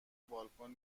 بالکن